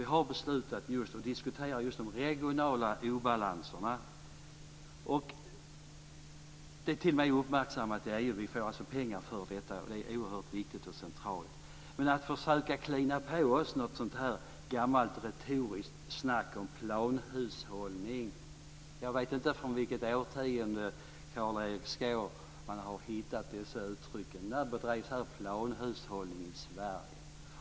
Vi har beslutat om, och diskuterar just, de regionala obalanserna. Det är t.o.m. uppmärksammat i EU. Vi får alltså pengar för detta. Det är oerhört viktigt och centralt. Men att försöka klina på oss något sådant här gammalt retoriskt snack om planhushållning! Jag vet inte från vilket årtionde Carl-Erik Skårman har hämtat de uttrycken. När bedrevs det planhushållning i Sverige?